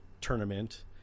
tournament